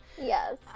yes